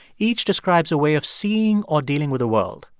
each describes a way of seeing or dealing with the world.